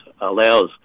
allows